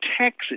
Texas